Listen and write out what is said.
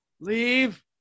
Leave